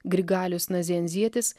grigalius nazenzietis